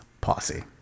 Posse